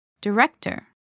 Director